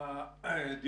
שלום לכולם,